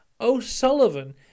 O'Sullivan